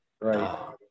right